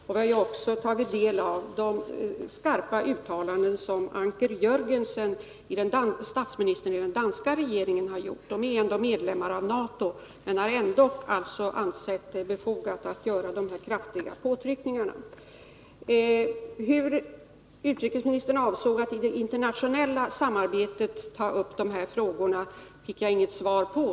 Jag har också tagit del av de skarpa uttalanden som Anker Jörgensen, statsminister i den danska regeringen, har gjort. Norge och Danmark är medlemmar av NATO, men har alltså ändå ansett det befogat att göra dessa kraftiga påtryckningar. Hur utrikesministern avsåg att i det internationella samarbetet ta upp dessa frågor fick jag inget svar på.